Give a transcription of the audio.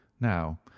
now